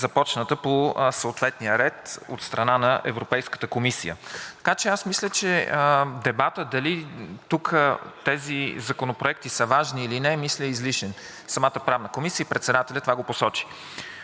започната по съответния ред от страна на Европейската комисия. Така че аз мисля, че дебатът дали тук тези законопроекти са важни, или не са, е излишен. Самата Правна комисия и председателят това го посочиха.